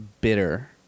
bitter